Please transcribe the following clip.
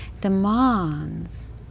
demands